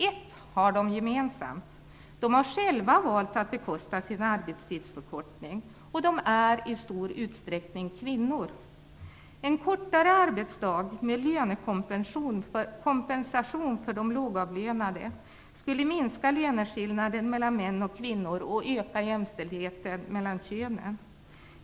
Ett har de gemensamt: De har själva valt att bekosta sin arbetstidsförkortning. De är i stor utsträckning kvinnor. En kortare arbetsdag med lönekompensation för de lågavlönade skulle minska löneskillnaden mellan män och kvinnor och öka jämställdheten mellan könen.